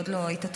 עוד לא התעדכנתי,